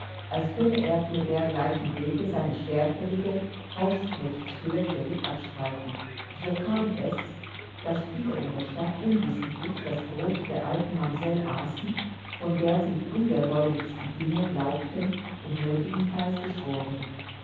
als könne er für dergleichen wege seine schwerfällige hausknechtshülle völlig abstreifen so kam es daß viele in der stadt unwissentlich das brot der alten mamsell aßen von der sie die ungeheuerlichsten dinge glaubten und nötigenfalls beschworen